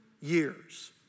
years